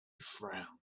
frowned